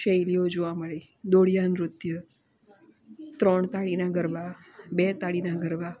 શૈલીઓ જોવા મળે દોઢિયા નૃત્ય ત્રણ તાળીનાં ગરબા બે તાળીનાં ગરબા